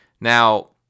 Now